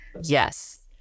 Yes